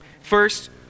First